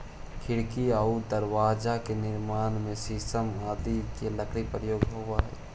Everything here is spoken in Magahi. खिड़की आउ दरवाजा के निर्माण में शीशम आदि के लकड़ी के प्रयोग होवऽ हइ